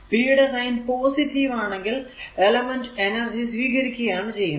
P യുടെ sign ആണെങ്കിൽ element energy സ്വീകരിക്കുകയാണ് ചെയ്യുന്നത്